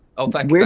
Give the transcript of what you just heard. oh thank